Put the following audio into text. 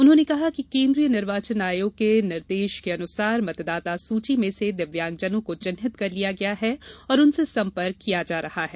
उन्होंने कहा कि केन्द्रीय निर्वाचन आयोग के निर्देश के अनुसार मतदाता सूची में से दिव्यांगजनों को चिहिन्त कर लिया गया है और उनसे संपर्क किया जा रहा है